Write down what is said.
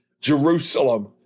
Jerusalem